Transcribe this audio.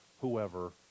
whoever